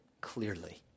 clearly